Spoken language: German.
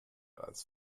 als